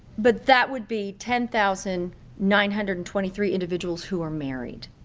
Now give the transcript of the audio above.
but that would be ten thousand nine hundred and twenty three individuals who are married.